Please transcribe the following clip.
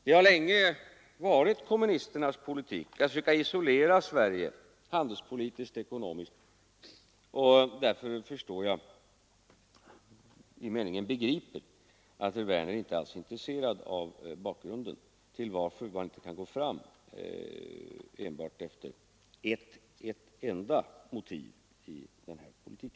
Det har länge varit kommunisternas politik att försöka isolera Sverige handelspolitiskt och ekonomiskt, och därför förstår jag — i meningen begriper — att herr Werner inte alls är intresserad av bakgrunden till att man inte kan ta hänsyn enbart till ett enda motiv i denna politik.